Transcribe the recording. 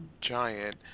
Giant